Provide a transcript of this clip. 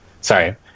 sorry